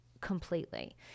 completely